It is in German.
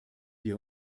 wir